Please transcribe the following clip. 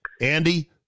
Andy